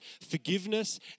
forgiveness